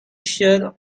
shirt